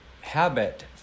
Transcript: habit